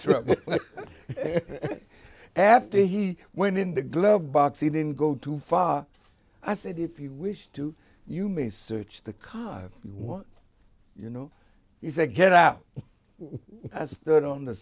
through after he went in the glove box he didn't go too far i said if you wish to you may search the cars you want you know he said get out stood on the